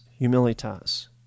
humilitas